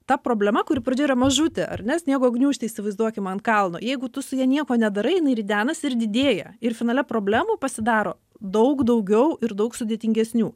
ta problema kuri pradžioj yra mažutė ar ne sniego gniūžtę įsivaizduokim ant kalno jeigu tu su ja nieko nedarai jinai ridenasi ir didėja ir finale problemų pasidaro daug daugiau ir daug sudėtingesnių